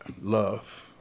love